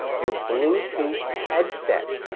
your bluetooth headset,